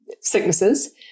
sicknesses